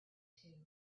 too